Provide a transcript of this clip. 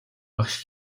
багш